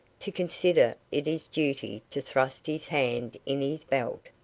to consider it his duty to thrust his hand in his belt,